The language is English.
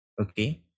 Okay